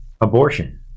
abortion